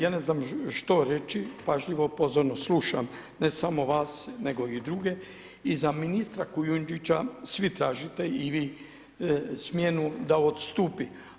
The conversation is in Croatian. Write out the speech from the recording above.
Ja ne znam što reći, pažljivo, pozorno slušam ne samo vas nego i druge i za ministra Kujundžića svi tražite, i vi smjenu da odstupi.